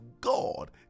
God